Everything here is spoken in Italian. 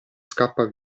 scappa